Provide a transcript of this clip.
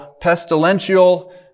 pestilential